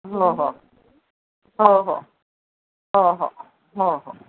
हो हो हो हो हो हो हो हो